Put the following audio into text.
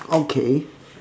okay